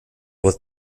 with